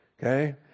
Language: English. okay